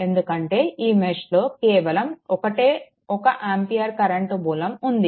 ఎందుకంటే ఈ మెష్లో కేవలం ఒక్కటే 1 ఆంపియర్ కరెంట్ మూలం ఉంది